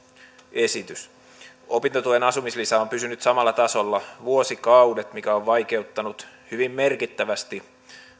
esitys opintotuen asumislisä on pysynyt samalla tasolla vuosikaudet mikä on vaikeuttanut hyvin merkittävästi